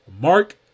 Mark